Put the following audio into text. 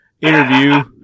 interview